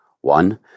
One